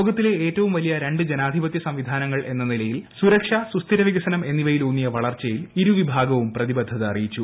ലോകത്തിലെ ഏറ്റവും വലിയ രണ്ട് ജനാധിപത്യ സംവിധാനങ്ങൾ എന്നനിലയിൽ സുരക്ഷ സുസ്ഥിര വികസനം എന്നിവയിലൂന്നിയ വളർച്ചയിൽ ഇരുവിഭാഗവും പ്രതിബദ്ധത അറിയിച്ചു